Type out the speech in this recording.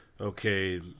okay